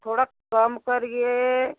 थोड़ा कम करिए